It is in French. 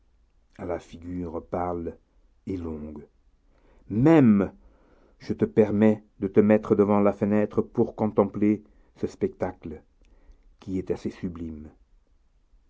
à la figure pâle et longue même je te permets de te mettre devant la fenêtre pour contempler ce spectacle qui est assez sublime